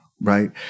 Right